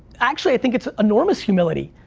actually, i think it's enormous humility.